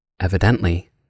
Evidently